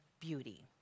beauty